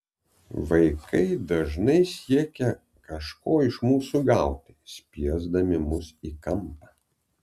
vaikai dažnai siekia kažko iš mūsų gauti spiesdami mus į kampą